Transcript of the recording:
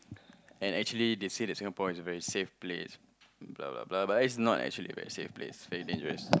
and actually they say that Singapore is very safe place blah blah blah but it's not actually a very safe place very dangerous